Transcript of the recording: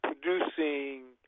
producing